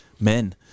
men